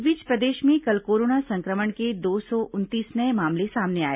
इस बीच प्रदेश में कल कोरोना संक्रमण के दो सौ उनतीस नये मामले सामने आए